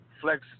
Flex